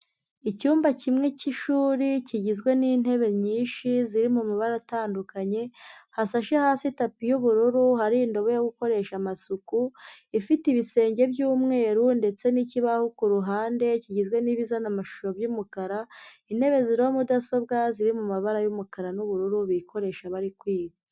Icyumba kimwe cy'ishuri kigizwe n'intebe nyinshi ziri mu mabara atandukanye, hasashe hasi tapi y'ubururu, hari indobo yo gukoresha amasuku, ifite ibisenge by'umweru ndetse n'ikibaho ku ruhande kigizwe n'ibizana amashusho by'umukara, intebe ziba mudasobwa ziri mu mu mabara y'umukara n'ubururu bikoresha bari kwiga.